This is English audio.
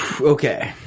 Okay